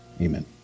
Amen